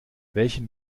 welchen